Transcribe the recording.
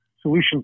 solutions